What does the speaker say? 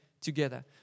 together